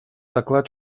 доклад